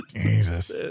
Jesus